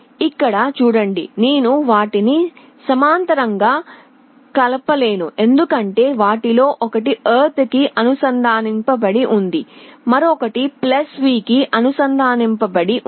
ఇక్కడ చూడండి నేను వాటిని సమాంతరంగా కలపలేను ఎందుకంటే వాటిలో ఒకటి ఎర్త్ కి అనుసంధానించబడి ఉంది మరొకటి V కి అనుసంధానించబడి ఉంది